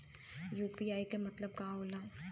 UPI के मतलब का होला?